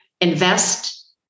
invest